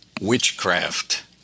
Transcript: witchcraft